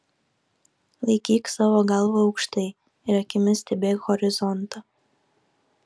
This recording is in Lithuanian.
laikyk savo galvą aukštai ir akimis stebėk horizontą